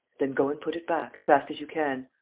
then go and put it back, as fast as you can.